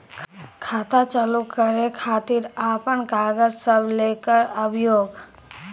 खाता चालू करै खातिर आपन कागज सब लै कऽ आबयोक?